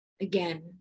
again